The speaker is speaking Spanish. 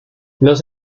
los